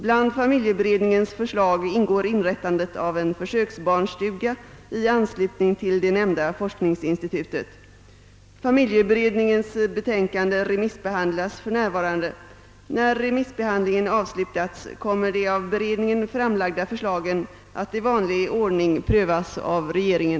Bland familjeberedningens förslag ingår inrättandet av en försöksbarnstuga i anslutning till det nämnda forskningsinstitutet. Familjeberedningens betänkande remissbehandlas för närvarande. När remissbehandlingen avslutats, kommer de av beredningen framlagda förslagen att i vanlig ordning prövas av regeringen.